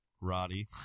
Roddy